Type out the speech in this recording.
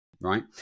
right